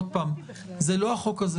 זה לא רלוונטי בכלל.